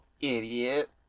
idiot